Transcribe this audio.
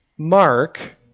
Mark